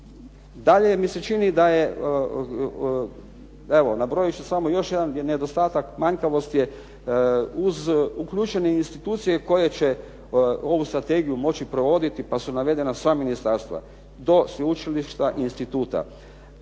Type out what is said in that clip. Dalje mi se čini da je, evo nabrojit ću samo još jedan nedostatak. Manjkavost je uz uključene institucije koje će ovu strategiju moći provoditi pa su navedena sva ministarstva do sveučilišta, instituta.